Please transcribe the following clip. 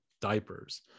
diapers